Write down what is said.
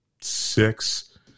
six